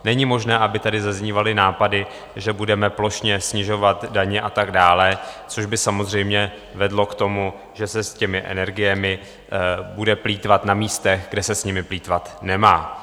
Není možné, aby tady zaznívaly nápady, že budeme plošně snižovat daně a tak dále, což by samozřejmě vedlo k tomu, že se s energiemi bude plýtvat na místech, kde se s nimi plýtvat nemá.